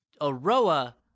Aroa